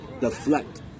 deflect